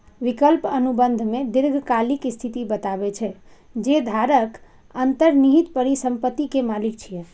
विकल्प अनुबंध मे दीर्घकालिक स्थिति बतबै छै, जे धारक अंतर्निहित परिसंपत्ति के मालिक छियै